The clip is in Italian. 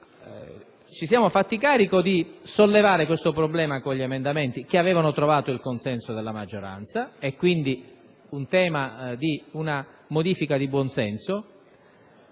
ci siamo fatti carico di sollevare questo problema con gli emendamenti, che avevano trovato il consenso della maggioranza, proponendo una modifica di buonsenso.